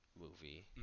movie